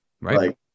Right